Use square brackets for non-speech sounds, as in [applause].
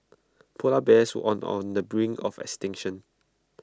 Polar Bears [unintelligible] on on the brink of extinction